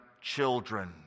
children